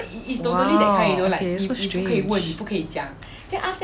!wow! so strange